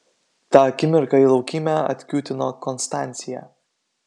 tą akimirką į laukymę atkiūtino konstancija